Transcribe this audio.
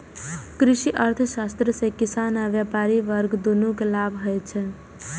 कृषि अर्थशास्त्र सं किसान आ व्यापारी वर्ग, दुनू कें लाभ होइ छै